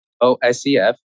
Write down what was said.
O-S-E-F